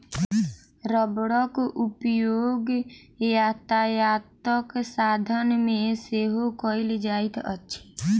रबड़क उपयोग यातायातक साधन मे सेहो कयल जाइत अछि